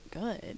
good